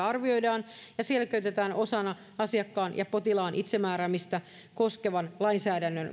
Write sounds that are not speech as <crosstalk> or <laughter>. <unintelligible> arvioidaan ja selkeytetään osana asiakkaan ja potilaan itsemääräämistä koskevan lainsäädännön